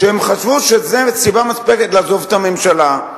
שהם יחשבו שזאת סיבה מספקת לעזוב את הממשלה.